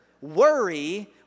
worry